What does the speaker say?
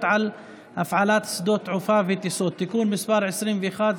על הפעלת שדות תעופה וטיסות) (תיקון מס' 21),